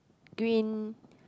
green